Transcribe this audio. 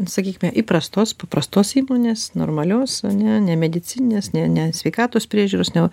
sakykime įprastos paprastos įmonės normalios o ne ne medicininė ne sveikatos priežiūros ne